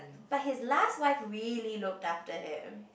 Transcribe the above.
but his last wife really look after him